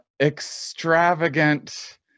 Extravagant